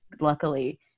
luckily